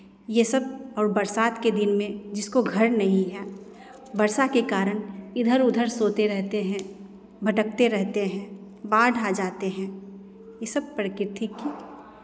ये सब और बरसात के दिन में जिसको घर नहीं है वर्षा के कारण इधर उधर सोते रहते हैं भटकते रहते हैं बाढ़ आ जाते हैं ये सब प्रकृति की